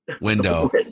window